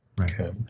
Okay